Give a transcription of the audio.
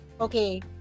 okay